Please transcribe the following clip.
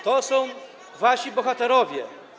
To są wasi bohaterowie.